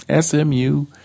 SMU